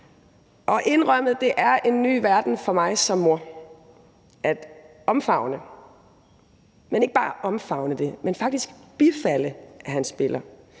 indrømmet, en ny verden for mig som mor at omfavne, og ikke bare omfavne det, men faktisk bifalde, at han spiller,